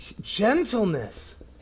gentleness